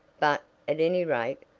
but, at any rate,